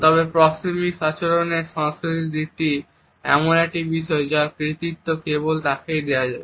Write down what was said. তবে প্রক্সিমিক আচরণের সাংস্কৃতিক দিকটি এমন একটি বিষয় যার কৃতিত্ব কেবল তাকেই দেওয়া যায়